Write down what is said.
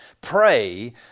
Pray